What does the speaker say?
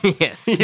Yes